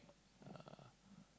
uh